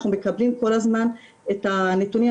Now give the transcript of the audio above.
אנחנו מקבלים כל הזמן את הנתונים,